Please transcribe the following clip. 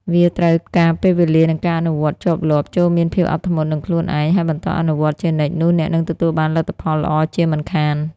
វាត្រូវការពេលវេលា និងការអនុវត្តន៍ជាប់លាប់ ចូរមានភាពអត់ធ្មត់នឹងខ្លួនឯង ហើយបន្តអនុវត្តជានិច្ចនោះអ្នកនឹងទទួលបានលទ្ធផលល្អជាមិនខាន។